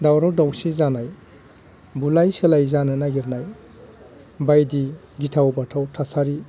दावराव दावसि जानाय बुलाय सोलाय जानो नागिरनाय बायदि गिथाव बाथाव थासारि